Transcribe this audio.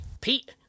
Pete